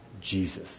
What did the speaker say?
Jesus